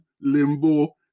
Limbo